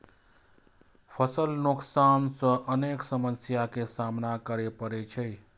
फसल नुकसान सं अनेक समस्या के सामना करै पड़ै छै